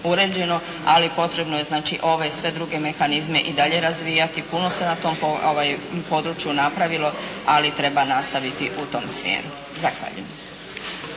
ali potrebno je ove druge sve mehanizme i dalje razvijati. Puno se na tom području napravilo ali treba nastaviti u tom smjeru. Zahvaljujem.